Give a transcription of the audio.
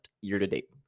year-to-date